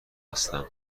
هستم